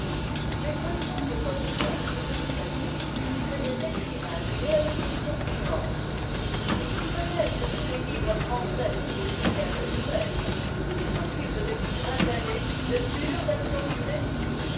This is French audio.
mais peut-on de bonne foi se persuader que des écrivains d'une érudition immense et nni connaissent tous les livres français aussi bien que nous-mêmes s'occupent depuis vingt années de pures absurdités